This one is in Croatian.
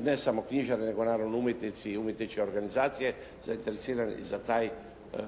ne samo knjižare nego naravno umjetnici i umjetničke organizacije, zainteresirani za taj, za